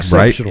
right